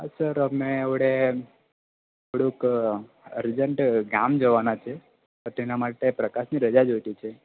હા સર મેં એક હમણાં થોડુંક અર્જન્ટ ગામ જવાના છીએ તો એના માટે પ્રકાશની રજા જોઈતી છે